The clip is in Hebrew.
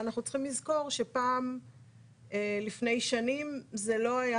אנחנו צריכים לזכור שפעם לפני שנים זה לא היה